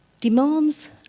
demands